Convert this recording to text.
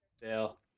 Dale